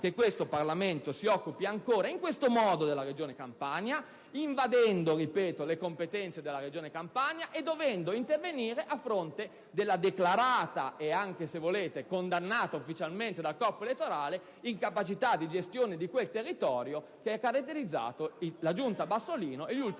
che il Parlamento si occupi ancora in questo modo della Regione Campania, invadendo le sue competenze e dovendo intervenire a fronte della conclamata e - se volete - condannata ufficialmente, dal corpo elettorale, incapacità di gestione di quel territorio che ha caratterizzato la Giunta Bassolino e gli ultimi